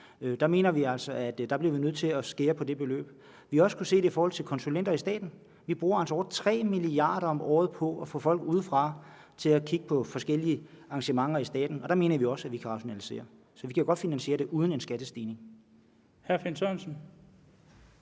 Der mener vi altså at vi bliver nødt til at skære på det beløb. Vi har også kunnet se det i forhold til konsulenter i staten. Vi bruger altså over 3 mia. kr. om året på at få folk udefra til at kigge på forskellige arrangementer i staten, og der mener vi også at vi kan rationalisere. Så vi kan godt finansiere det uden en skattestigning. Kl. 13:07 Den